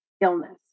illness